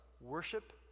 worship